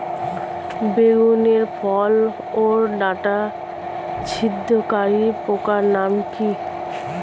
বেগুনের ফল ওর ডাটা ছিদ্রকারী পোকার নাম কি?